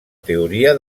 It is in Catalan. teoria